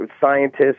scientists